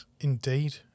indeed